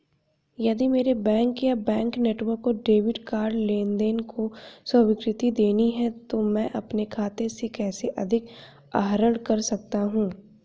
यदि मेरे बैंक या बैंक नेटवर्क को डेबिट कार्ड लेनदेन को स्वीकृति देनी है तो मैं अपने खाते से कैसे अधिक आहरण कर सकता हूँ?